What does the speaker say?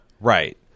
Right